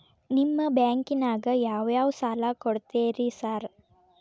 ನಿಮ್ಮ ಬ್ಯಾಂಕಿನಾಗ ಯಾವ್ಯಾವ ಸಾಲ ಕೊಡ್ತೇರಿ ಸಾರ್?